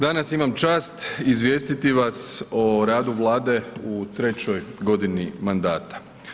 Danas imam čast izvijestiti vas o radu Vlade u trećoj godini mandata.